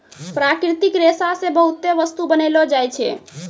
प्राकृतिक रेशा से बहुते बस्तु बनैलो जाय छै